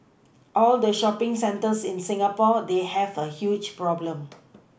all the shopPing centres in Singapore they have a huge problem